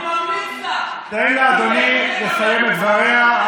אני ממליץ לך, תן לה, אדוני, לסיים את דבריה.